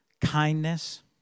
kindness